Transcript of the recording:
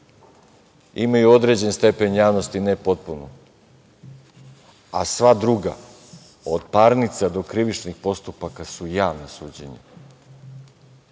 imaju određen stepen javnosti, ne potpunu, a sva druga od parnica, do krivičnih postupaka su javna suđenja.